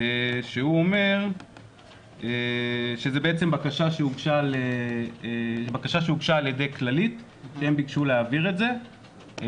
שהוא אומר שזו בעצם בקשה שהוגשה על ידי כללית שהם ביקשו להעביר את זה,